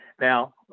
now